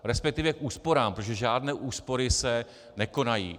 Respektive k úsporám, protože žádné úspory se nekonají.